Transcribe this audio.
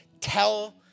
tell